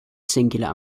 singular